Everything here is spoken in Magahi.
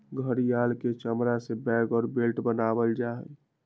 घड़ियलवा के चमड़ा से बैग और बेल्ट बनावल जाहई